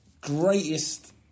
greatest